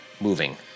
moving